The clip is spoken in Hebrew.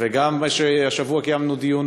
גם השבוע קיימנו דיון